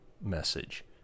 message